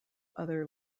other